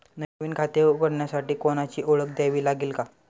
नवीन खाते उघडण्यासाठी कोणाची ओळख द्यावी लागेल का?